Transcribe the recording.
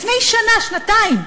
לפני שנה-שנתיים.